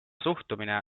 suhtumine